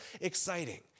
exciting